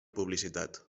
publicitat